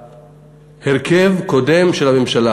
בהרכב הקודם של הממשלה.